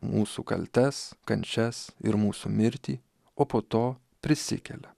mūsų kaltes kančias ir mūsų mirtį o po to prisikelia